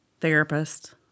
therapist